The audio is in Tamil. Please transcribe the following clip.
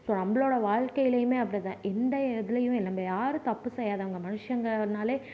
இப்போ நம்மளோட வாழ்க்கையிலுமே அப்படிதான் எந்த எதிலயும் நம்ப யாரும் தப்பு செய்யாதவங்க மனுஷங்கனாலே